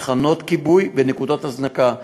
תחנות כיבוי ונקודות הזנקה.